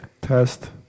Test